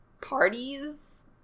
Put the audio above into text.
parties